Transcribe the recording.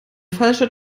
falsche